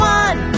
one